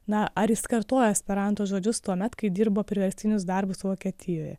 na ar jis kartojo esperanto žodžius tuomet kai dirbo priverstinius darbus vokietijoje